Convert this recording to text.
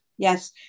Yes